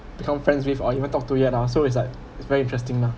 become friends with or even talk to yet ah so it's like it's very interesting lah